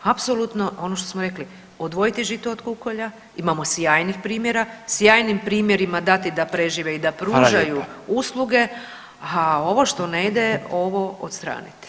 Apsolutno ono što smo rekli odvojiti žito od kukolja, imamo sjajnih primjera, sjajnim primjerima dati da prežive i da pružaju [[Upadica: Hvala lijepa]] usluge, a ovo što ne ide ovo odstraniti.